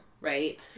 right